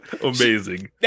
Amazing